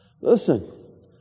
Listen